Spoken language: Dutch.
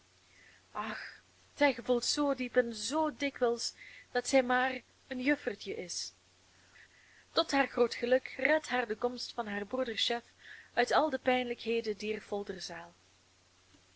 ach zij gevoelt zoo diep en zoo dikwijls dat zij maar een juffertje is tot haar groot geluk redt haar de komst van haar broeders chef uit al de pijnlijkheden dier